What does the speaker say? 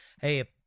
hey